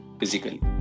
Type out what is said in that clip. physically